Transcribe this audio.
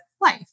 life